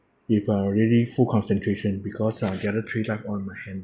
if I already full concentration because uh the other three life on my hand